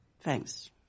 Thanks